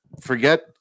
forget